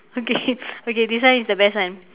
okay okay this one is the best one